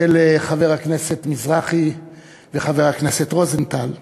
של חבר הכנסת מזרחי וחבר הכנסת רוזנטל,